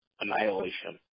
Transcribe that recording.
annihilation